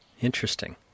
Interesting